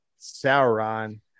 Sauron